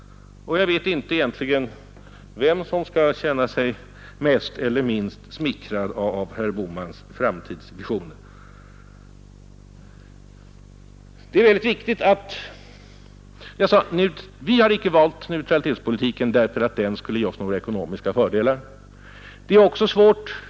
Jag vet inte vem som egentligen skall känna sig mest eller minst smickrad av herr Bohmans framtidsvisioner. Vi har, som jag sade förut, icke valt neutralitetspolitiken därför att den skulle ge oss några ekonomiska fördelar.